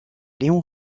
leon